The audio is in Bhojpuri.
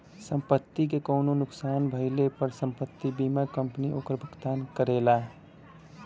संपत्ति के कउनो नुकसान भइले पर संपत्ति बीमा कंपनी ओकर भुगतान करला